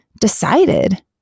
decided